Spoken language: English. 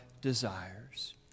desires